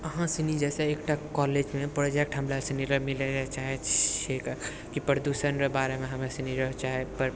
अहाँ सनी जइसे एकटा कॉलेजमे प्रोजेक्ट हमरा सनीरऽ मिलै हइ चाहै छिए रऽ कि प्रदूषणरऽ बारेमे हमरा सनीरऽ चाहे